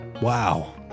Wow